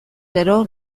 gero